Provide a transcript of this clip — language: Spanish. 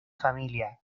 familia